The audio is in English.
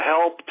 help